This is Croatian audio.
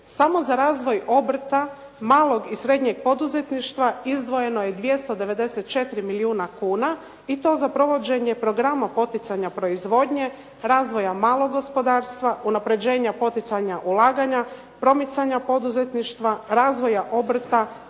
Samo za razvoj obrta malog i srednjeg poduzetništva izdvojeno je 294 milijuna kuna i to za provođenje programa poticanja proizvodnje, razvoja malog gospodarstva, unapređenja poticanja ulaganja, promicanja poduzetništva, razvoja obrta